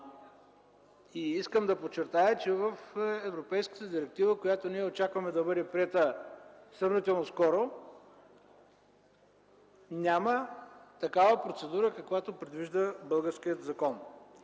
Искам да подчертая, че в европейската директива, която очакваме да бъде приета сравнително скоро, няма процедура, каквато предвижда българският закон.